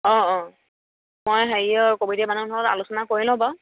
অঁ অঁ মই হেৰিৰ কমিটিৰ মানুহৰ লগত আলোচনা কৰি লওঁ বাৰু